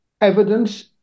evidence